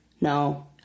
No